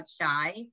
shy